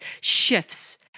shifts